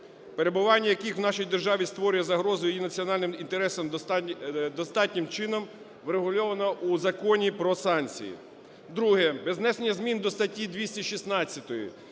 перебування яких в нашій державі створює загрозу її національним інтересам, достатнім чином врегульовано у Законі "Про санкції". Друге. Без внесення змін до статті 216